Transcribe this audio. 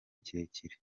kirekire